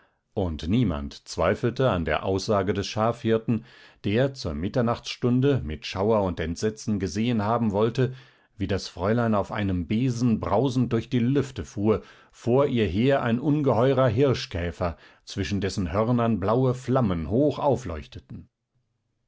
und niemand zweifelte an der aussage des schafhirten der zur mitternachtsstunde mit schauer und entsetzen gesehen haben wollte wie das fräulein auf einem besen brausend durch die lüfte fuhr vor ihr her ein ungeheurer hirschkäfer zwischen dessen hörnern blaue flammen hoch aufleuchteten